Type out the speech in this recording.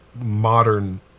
modern